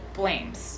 blames